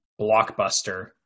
blockbuster